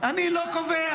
אני לא קובע